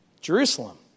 Jerusalem